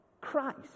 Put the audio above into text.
christ